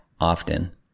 often